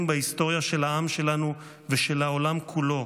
בהיסטוריה של העם שלנו ושל העולם כולו.